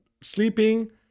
sleeping